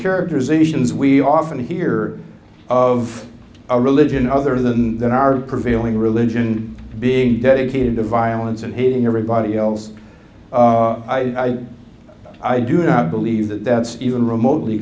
characterizations we often hear of a religion other than there are prevailing religion being dedicated to violence and hating everybody else i i do not believe that that's even remotely